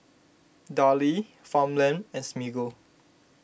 Darlie Farmland and Smiggle